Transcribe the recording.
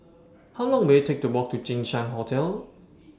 How Long Will IT Take to Walk to Jinshan Hotel